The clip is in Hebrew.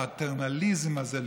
הפטרנליזם הזה,